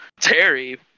terry